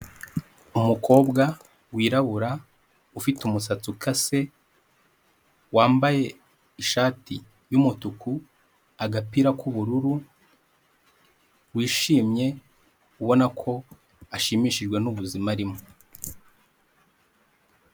Umukobwa wirabura, ufite umusatsi ukase, wambaye ishati y'umutuku, agapira k'ubururu, wishimye, ubona ko ashimishijwe n'ubuzima arimo.